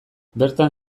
bertan